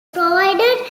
provided